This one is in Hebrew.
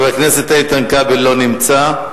חבר הכנסת איתן כבל, לא נמצא.